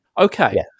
Okay